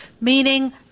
Meaning